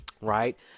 Right